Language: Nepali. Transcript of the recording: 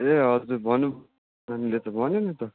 ए हजुर भन्नु पर्ने नानीले त भने न त